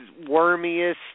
wormiest